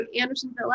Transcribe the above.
Andersonville